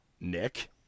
Nick